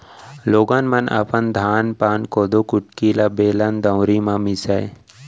लोगन मन अपन धान पान, कोदो कुटकी ल बेलन, दउंरी म मीसय